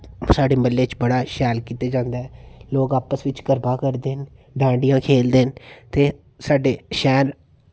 साढ़े म्हल्ले च बड़ा शैल कीता जंदा ऐ लोग आपस बिच्च गरबा करदे न डांडिया खेलदे न ते साढ़े शैहर